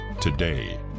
today